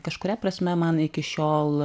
kažkuria prasme man iki šiol